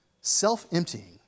self-emptying